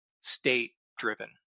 state-driven